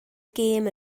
gêm